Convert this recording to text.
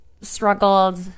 struggled